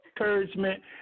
encouragement